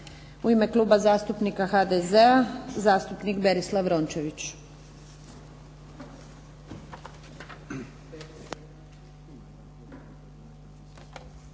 U ime Kluba zastupnika HDZ-a, zastupnik Berislav Rončević.